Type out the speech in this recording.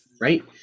Right